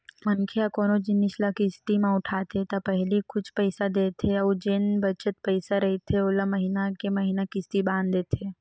मनखे ह कोनो जिनिस ल किस्ती म उठाथे त पहिली कुछ पइसा देथे अउ जेन बचत पइसा रहिथे ओला महिना के महिना किस्ती बांध देथे